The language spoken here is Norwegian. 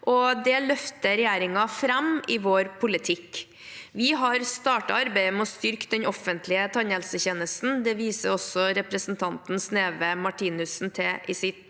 det løfter regjeringen fram i vår politikk. Vi har startet arbeidet med å styrke den offentlige tannhelsetjenesten. Det viser også representanten Sneve Martinussen til i sitt